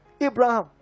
Abraham